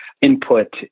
input